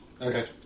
Okay